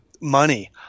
money